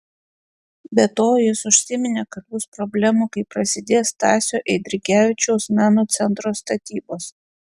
be to jis užsiminė kad bus problemų kai prasidės stasio eidrigevičiaus meno centro statybos